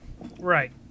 Right